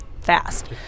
fast